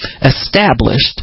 established